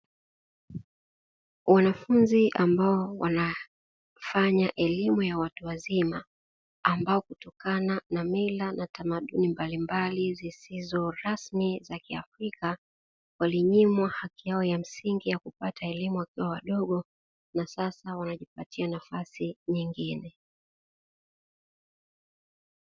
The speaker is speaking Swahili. Wanafunzi ambao wanafanya elimu ya watu wazima, ambapo kutokana na mila na tamaduni mbalimbali zisizo rasmi za kiafrika, walinyimwa haki yao ya msingi ya kupata elimu wakiwa wadogo na sasa wanajipatia nafasi nyingine.